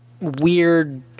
weird